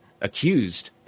accused